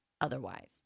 otherwise